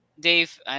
Dave